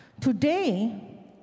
Today